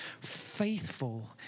faithful